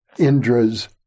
Indra's